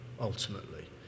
ultimately